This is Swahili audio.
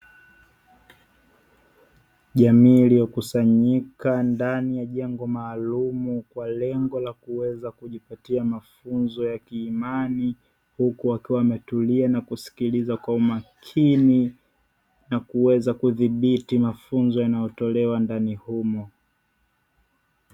Jamii iliyo kusanyika ndani ya jengo maalumu kwa lengo la kuweza kujipatia mafunzo ya kiimani, huku wakiwa wametulia na kusikiliza kwa umakini nakuweza kudhibiti mafunzo yanayotolewa ndani humo.